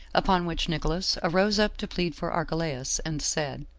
upon which nicolaus arose up to plead for archelaus, and said,